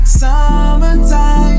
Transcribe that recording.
summertime